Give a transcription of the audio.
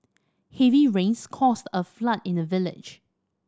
heavy rains cause a flood in the village